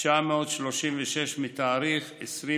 936 מתאריך 22